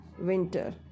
winter